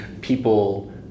people